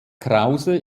krause